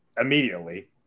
Immediately